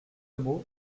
mot